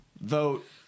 vote